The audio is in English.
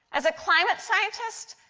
as a climate scientist,